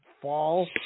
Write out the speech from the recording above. fall